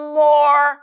more